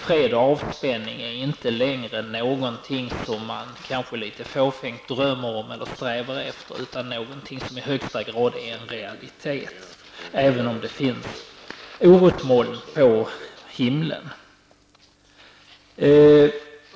Fred och avspänning är inte längre någonting som man kanske litet fåfängt drömmer om eller strävar efter, utan någonting som i högsta grad är en realitet, även om det finns orosmoln på himlen.